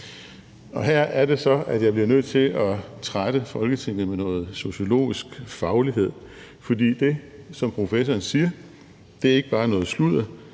her er det så, jeg bliver nødt til at trætte Folketinget med noget sociologisk faglighed. For det, som professoren siger, er ikke bare noget sludder,